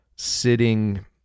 sitting